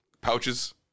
pouches